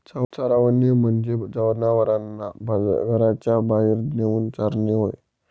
चरवणे म्हणजे जनावरांना घराच्या बाहेर नेऊन चारणे होय